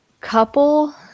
Couple